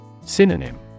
Synonym